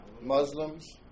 Muslims